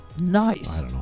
Nice